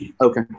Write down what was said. Okay